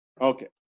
Okay